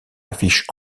affiche